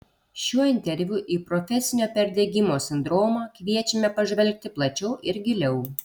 šiuo interviu į profesinio perdegimo sindromą kviečiame pažvelgti plačiau ir giliau